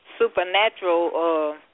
supernatural